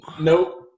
Nope